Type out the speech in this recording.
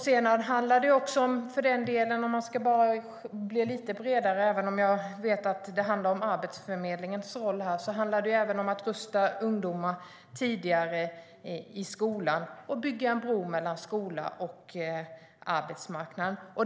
Sedan handlar det, om jag ska bredda resonemanget lite, även om jag vet att detta handlar om Arbetsförmedlingens roll, också om att rusta ungdomar tidigare i skolan och bygga en bro mellan skola och arbetsmarknad.